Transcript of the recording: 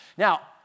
Now